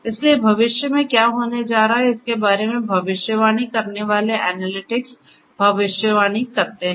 इसलिए भविष्य में क्या होने जा रहा है इसके बारे में भविष्यवाणी करने वाले एनालिटिक्स भविष्यवाणी करते हैं